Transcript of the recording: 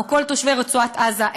או כל תושבי רצועת-עזה,